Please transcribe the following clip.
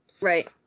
right